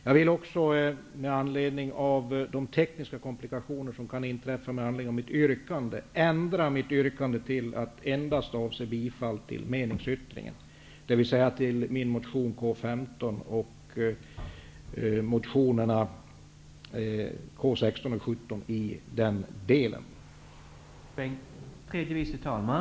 Jag vill också med anledning av de tekniska komplikationer som kan inträffa i samband med mitt yrkande ändra mitt yrkande till att endast avse bifall till meningsyttringen, dvs. till min motion K15